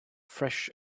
fresh